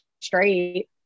straight